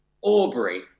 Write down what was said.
Aubrey